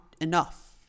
enough